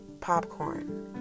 popcorn